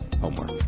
homework